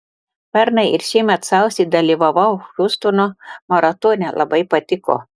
pernai ir šiemet sausį dalyvavau hiūstono maratone labai patiko